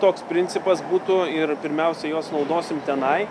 toks principas būtų ir pirmiausiai juos naudosim tenai